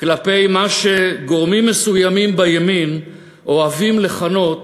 כלפי מה שגורמים מסוימים בימין אוהבים לכנות